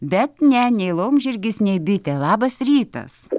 bet ne nei laumžirgis nei bitė labas rytas